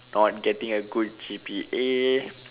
not getting a good G_P_A